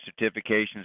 certifications